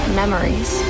memories